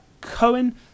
Cohen